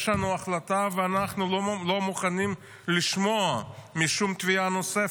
יש לנו החלטה ואנחנו לא מוכנים לשמוע שום תביעה נוספת.